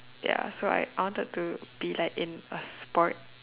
ya so I I wanted to be like in a sport